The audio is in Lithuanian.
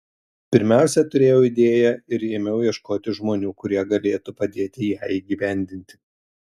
pirmiausia turėjau idėją ir ėmiau ieškoti žmonių kurie galėtų padėti ją įgyvendinti